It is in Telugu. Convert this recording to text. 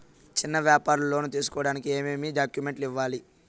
చిన్న వ్యాపారులు లోను తీసుకోడానికి ఏమేమి డాక్యుమెంట్లు ఇవ్వాలి?